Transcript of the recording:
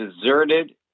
deserted